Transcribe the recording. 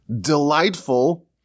delightful